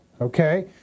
okay